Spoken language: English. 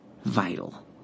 vital